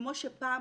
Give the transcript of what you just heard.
כמו שפעם,